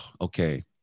okay